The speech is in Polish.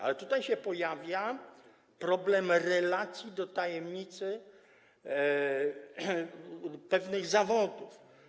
Ale tutaj się pojawia problem relacji do tajemnicy pewnych zawodów.